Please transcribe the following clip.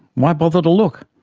why bother to look?